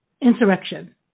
insurrection